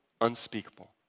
unspeakable